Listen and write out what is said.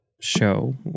show